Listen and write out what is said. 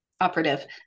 operative